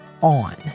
on